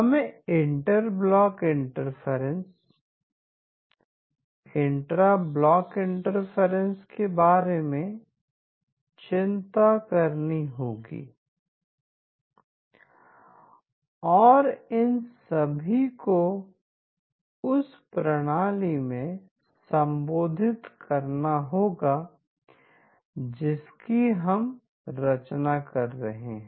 हमें inter block interference intra block interference के बारे में चिंता करनी होगी और इन सभी को उस प्रणाली में संबोधित करना होगा जिसकी हम रचना कर रहे हैं